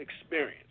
experience